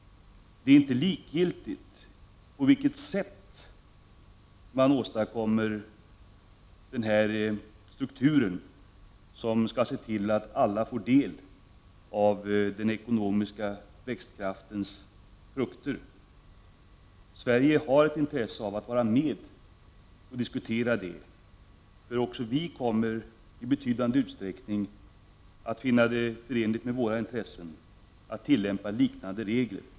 Det är inte likgiltigt på vilket sätt man åstadkommer den struktur som skall se till att alla får del av den ekonomiska växtkraftens frukter. Sverige har ett intresse av att vara med och diskutera det. Också vi kommer i betydande utsträckning att finna det förenligt med våra intressen att tillämpa liknande regler.